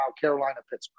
Carolina-Pittsburgh